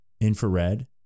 infrared